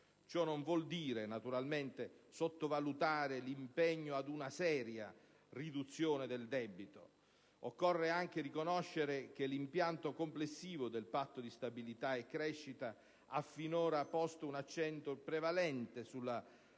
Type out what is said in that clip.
Ciò non vuol dire, naturalmente, sottovalutare l'impegno ad una seria riduzione del debito. Occorre anche riconoscere che l'impianto complessivo del Patto di stabilità e crescita ha finora posto un accento prevalente sulla